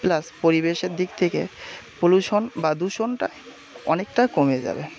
plus পরিবেশের দিক থেকে পলিউশান বা দূষণটা অনেকটা কমে যাবে